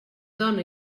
dona